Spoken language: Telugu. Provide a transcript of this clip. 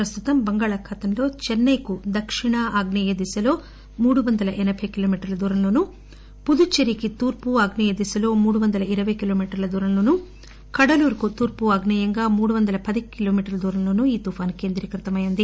ప్రస్తుతం బంగాళాఖాతంలో చెన్నె కు దక్షిణఆగ్నేయ దిశలో మూడు వంద ఎనబై కిలోమీటర్ల దూరంలోనూ పుదుచ్చేరికి తూర్పు ఆగ్నేయ దిశలో మూడు వంద ఇరవై కిలోమీటర్ల దూరంలోనూ కడలూరుకు తూర్పు ఆగ్నేయంగా మూడు వంద పది కిలోమీటర్ల దూరంలో తుపాను కేంద్రీకృతమై ఉంది